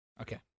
Okay